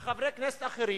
אליו, וכן חברי כנסת אחרים,